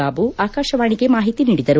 ಬಾಬು ಆಕಾಶವಾಣಿಗೆ ಮಾಹಿತಿ ನೀಡಿದರು